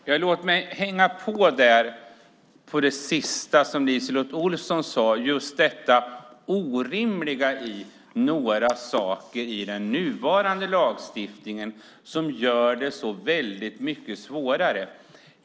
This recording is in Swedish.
Herr talman! Låt mig hänga på det sista som LiseLotte Olsson sade om det orimliga i några saker i den nuvarande lagstiftningen som gör det hela så mycket svårare.